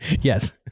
Yes